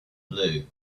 blue